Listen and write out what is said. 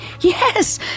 Yes